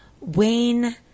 Wayne